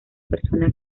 persona